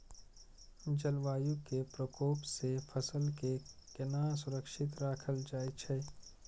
जलवायु के प्रकोप से फसल के केना सुरक्षित राखल जाय छै?